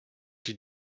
die